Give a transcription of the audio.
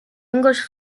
english